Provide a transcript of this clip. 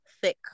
thick